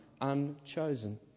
unchosen